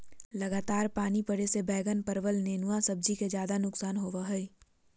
लगातार पानी पड़े से बैगन, परवल, नेनुआ सब्जी के ज्यादा नुकसान होबो हइ